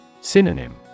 Synonym